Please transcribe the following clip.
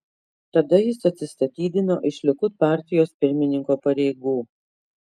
tada jis atsistatydino iš likud partijos pirmininko pareigų